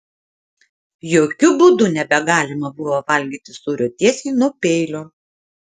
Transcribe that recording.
jokiu būdu nebegalima buvo valgyti sūrio tiesiai nuo peilio